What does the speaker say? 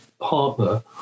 partner